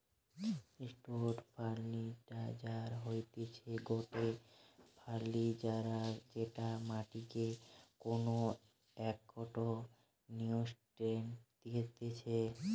straight fertilizer হতিছে গটে fertilizer যেটা মাটিকে কোনো একটো নিউট্রিয়েন্ট দিতেছে